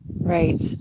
Right